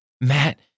Matt